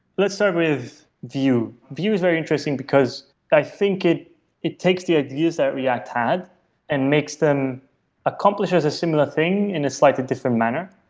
let's start with view. view is very interesting, because i think it it takes the ah views that react had and makes them accomplishes a similar thing in a slightly different manner.